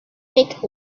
make